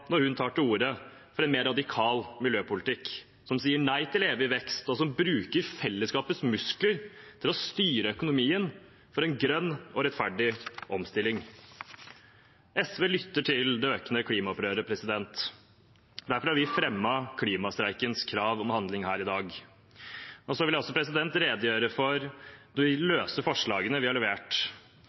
når hun tar til orde for en mer radikal miljøpolitikk som sier nei til evig vekst, og som bruker fellesskapets muskler til å styre økonomien for en grønn og rettferdig omstilling. SV lytter til det økende klimaopprøret. Derfor har vi fremmet klimastreikens krav om handling her i dag. Så vil jeg også redegjøre for de løse forslagene vi har levert.